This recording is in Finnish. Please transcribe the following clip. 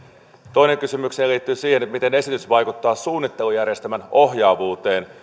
toinen kysymykseni liittyy siihen miten esitys vaikuttaa suunnittelujärjestelmän ohjaavuuteen